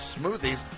smoothies